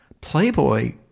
Playboy